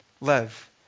live